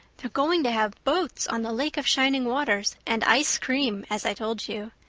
they're going to have boats on the lake of shining waters and ice cream, as i told you. you.